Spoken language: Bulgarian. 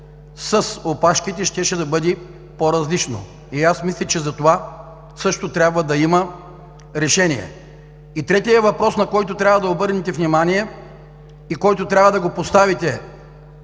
с опашките щеше да бъде по-различно. Мисля, че за това също трябва да има решение. Третият въпрос, на който трябва да обърнете внимание и който трябва да поставите